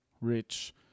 rich